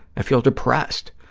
i feel depressed.